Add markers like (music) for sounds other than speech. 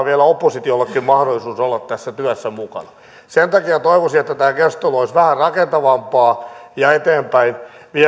(unintelligible) vielä oppositiollekin mahdollisuus olla tässä työssä mukana sen takia toivoisin että tämä keskustelu olisi vähän rakentavampaa ja